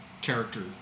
character